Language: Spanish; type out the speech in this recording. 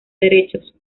derechos